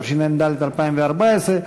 התשע"ד 2014,